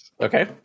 Okay